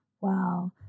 Wow